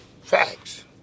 facts